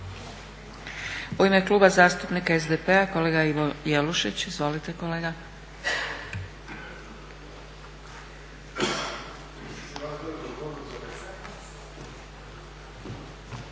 U ime Kluba zastupnika SDP-a kolega Ivo Jelušić. Izvolite kolega.